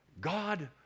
God